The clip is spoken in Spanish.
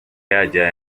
halla